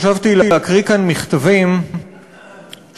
חשבתי להקריא כאן מכתבים שקיבלתי,